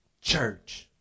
church